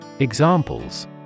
Examples